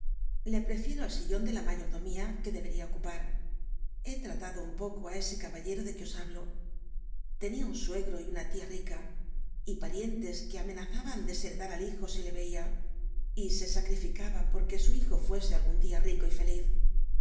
le prefiero al sillon de la mayordomía que deberia ocupar he tratado un poco á ese caballero de que os hablo tenia un suegro y una tia rica y parientes que amenazaban desheredar al hijo si le veia y se sacrificaba porque su hijo fuese algun dia rico y feliz